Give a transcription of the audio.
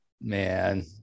man